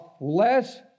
less